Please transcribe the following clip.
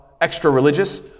extra-religious